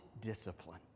discipline